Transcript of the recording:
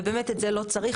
ובאמת, את זה לא צריך.